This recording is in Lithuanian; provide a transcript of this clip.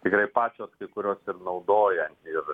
tikrai pačios kurios ir naudoja ir